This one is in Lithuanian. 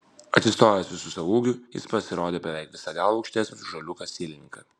atsistojęs visu savo ūgiu jis pasirodė beveik visa galva aukštesnis už žaliūką sielininką